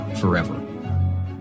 forever